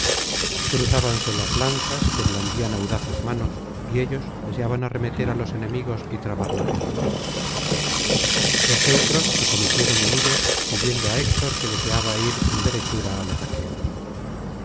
cruzábanse las lanzas que blandían audaces manos y ellos deseaban arremeter á los enemigos y trabar la pelea los teneros acometieron unidos siguiendo á héctor que deseaba ir en derechura á los aqueos